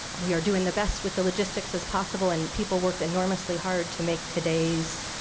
we are doing the best with the logistics as possible, and people worked enormously hard to make today's